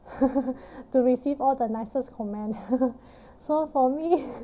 to receive all the nicest comment so for me